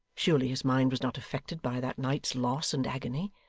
surely his mind was not affected by that night's loss and agony.